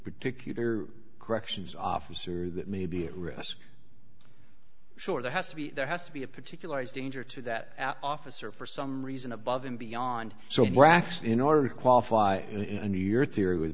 particular corrections officer that may be at risk sure there has to be there has to be a particulars danger to that officer for some reason above and beyond so brax in order to qualify in your theory with